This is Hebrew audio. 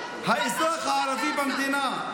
האזרח הערבי במדינה,